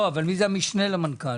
המשנה למנכ"ל?